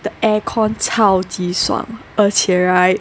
the aircon 超级爽而且 right